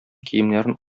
киемнәрен